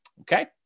Okay